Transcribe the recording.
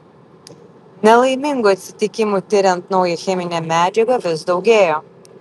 nelaimingų atsitikimų tiriant naują cheminę medžiagą vis daugėjo